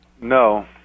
No